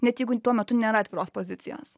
net jeigu tuo metu nėra atviros pozicijos